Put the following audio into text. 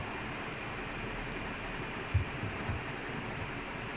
per video like if you get it right in the first place like